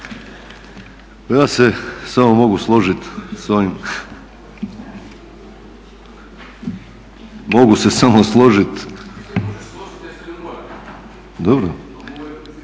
ja se samo mogu složit s ovim, mogu se samo složit